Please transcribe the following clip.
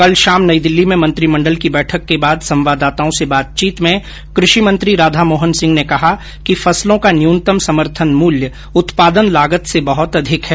कल शाम नई दिल्ली में मंत्रिमंडल की बैठक के बाद संवाददाताओं से बातचीत में कृषि मंत्री राधा मोहन सिंह ने कहा कि फसलों का न्यूनतम समर्थन मूल्य उत्पादन लागत से बहत अधिक है